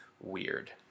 weird